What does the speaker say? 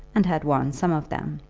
and had won some of them.